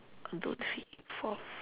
one two three four